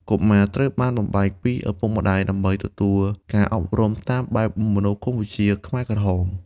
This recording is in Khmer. កុមារត្រូវបានបំបែកពីឪពុកម្តាយដើម្បីទទួលការអប់រំតាមបែបមនោគមវិជ្ជាខ្មែរក្រហម។